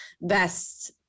best